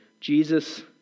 Jesus